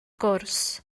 gwrs